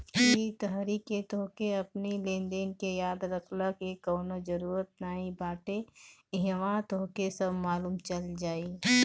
इ तरही से तोहके अपनी लेनदेन के याद रखला के कवनो जरुरत नाइ बाटे इहवा तोहके सब मालुम चल जाई